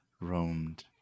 roamed